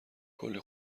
کلی